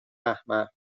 احمر